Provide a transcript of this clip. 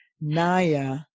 Naya